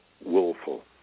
willful